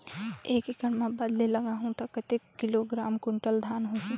एक एकड़ मां बदले लगाहु ता कतेक किलोग्राम कुंटल धान होही?